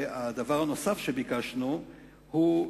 הדבר הנוסף שביקשנו הוא,